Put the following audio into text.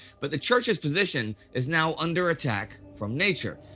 but the church's position is now under attack from nature.